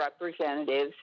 representatives